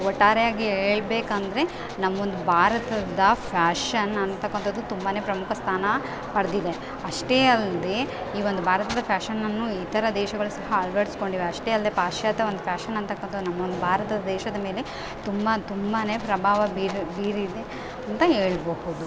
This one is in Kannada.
ಒಟ್ಟಾರೆಯಾಗಿ ಹೇಳ್ಬೇಕಂದ್ರೆ ನಮ್ಮಒಂದ್ ಭಾರತದ ಫ್ಯಾಷನ್ ಅಂತಕ್ಕಂಥದ್ದು ತುಂಬಾ ಪ್ರಮುಖ ಸ್ಥಾನ ಪಡೆದಿದೆ ಅಷ್ಟೇ ಅಲ್ಲದೆ ಈ ಒಂದು ಭಾರತದ ಫ್ಯಾಷನನ್ನು ಇತರ ದೇಶಗಳು ಸಹ ಅಳವಡಿಸ್ಕೊಂಡಿವೆ ಅಷ್ಟೇ ಅಲ್ಲದೆ ಪಾಶ್ಚಾತ್ಯ ಒಂದು ಫ್ಯಾಷನ್ ಅಂತಕ್ಕಂಥ ನಮ್ಮೊಂದ್ ಭಾರತ ದೇಶದ ಮೇಲೆ ತುಂಬ ತುಂಬಾ ಪ್ರಭಾವ ಬೀರು ಬೀರಿದೆ ಅಂತ ಹೇಳ್ಬಹುದು